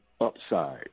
upside